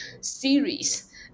series